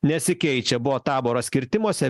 nesikeičia buvo taboras kirtimuose